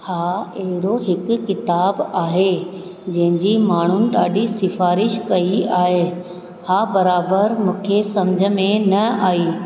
हा अहिड़ो हिकु किताबु आहे जंहिंजी माण्हू ॾाढी सिफ़ारिश कई आहे हा बराबरु मूंखे सम्झ में न आई